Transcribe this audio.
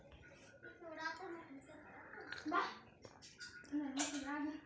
ಗ್ರಾಹಕರಿಗೆ utility bill ಪಾವತಿ ಮಾಡ್ಲಿಕ್ಕೆ ಎಷ್ಟ ರೇತಿ ಅವ?